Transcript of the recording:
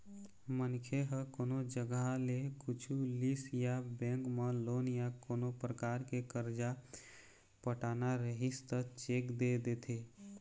मनखे ह कोनो जघा ले कुछु लिस या बेंक म लोन या कोनो परकार के करजा पटाना रहिस त चेक दे देथे